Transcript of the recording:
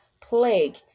plague